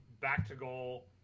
back-to-goal